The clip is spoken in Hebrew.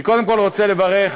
אני קודם כול רוצה לברך,